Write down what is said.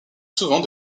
souvent